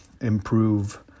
improve